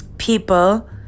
people